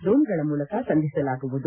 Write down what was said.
ದೋಣಿಗಳ ಮೂಲಕ ಸಂಧಿಸಲಾಗುವುದು